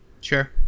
Sure